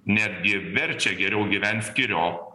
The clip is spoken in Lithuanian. netgi verčia geriau gyvent skiriop